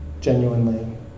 genuinely